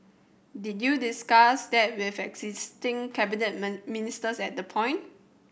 did you discuss that with existing cabinet ministers at that point